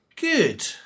Good